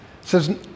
says